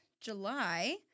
July